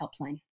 Helpline